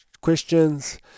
questions